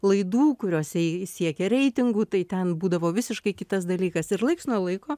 laidų kuriose ji siekia reitingų tai ten būdavo visiškai kitas dalykas ir laiks nuo laiko